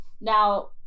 Now